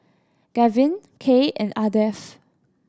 Gavyn Kaye and Ardeth